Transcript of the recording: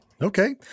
Okay